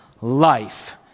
life